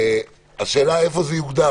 השאלה איפה זה יוגדר.